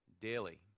daily